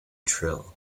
trill